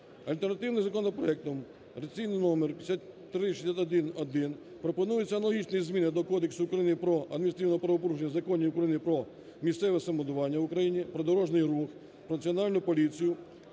Альтернативним законопроектом (реєстраційний номер 5361-1) пропонується аналогічні зміни до Кодексу України про адміністративні правопорушення, законів України про місцеве самоврядування в Україні, про дорожній рух, про Національну поліцію,